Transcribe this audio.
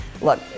Look